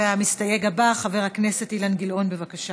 המסתייג הבא, חבר הכנסת אילן גילאון, בבקשה.